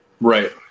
Right